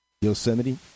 Yosemite